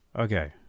Okay